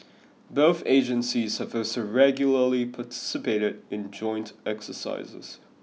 both agencies have also regularly participated in joint exercises